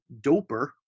doper